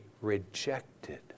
rejected